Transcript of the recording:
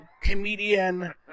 comedian